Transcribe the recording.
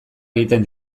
egiten